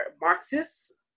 Marxists